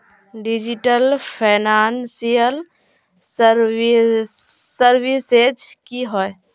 Digital financial services की होय?